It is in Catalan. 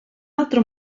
altre